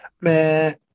Man